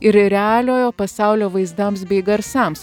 ir realiojo pasaulio vaizdams bei garsams